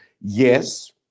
Yes